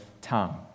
tongue